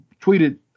tweeted